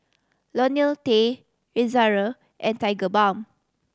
Lonil T Ezerra and Tigerbalm